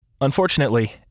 Unfortunately